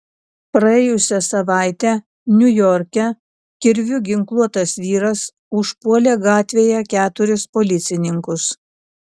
praėjusią savaitę niujorke kirviu ginkluotas vyras užpuolė gatvėje keturis policininkus